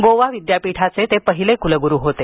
गोवा विद्यापीठाचे ते पहिले कुलगुरू होते